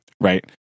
right